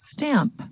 Stamp